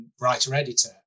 writer-editor